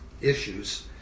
issues